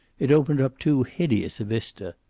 it opened up too hideous a vista.